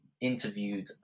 interviewed